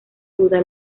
duda